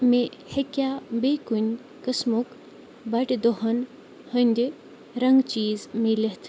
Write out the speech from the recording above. مےٚ ہیٚکیٛاہ بییٚہِ کُنہِ قٕسمُک بَڑِ دۄہن ہٕنٛدِ رنٛگہٕ چیٖز مِلِتھ